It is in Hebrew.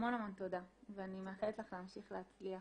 המון המון תודה ואני מאחלת לך להמשיך להצליח